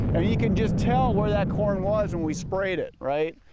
and you can just tell where that corn was when we sprayed it. right,